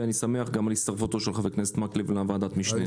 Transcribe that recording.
ואני שמח על הצטרפותו של חבר הכנסת מקלב לוועדת המשנה.